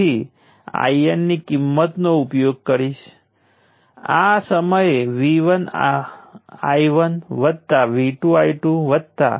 તેથી આપણે આ સાથે તમામ પ્રકારની ગણતરી કરી શકીએ છીએ સૌ પ્રથમ ચાલો આ ધ્રુવીયતામાં છે જે ઇન્ડક્ટરમાં કોન્સ્ટન્ટ કરંટને અનુરૂપ છે